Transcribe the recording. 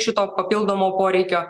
šito papildomo poreikio